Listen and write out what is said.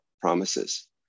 promises